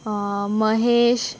Mahesh